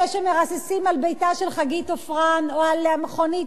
אלה שמרססים על ביתה של חגית עופרן או על המכונית